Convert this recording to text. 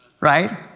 right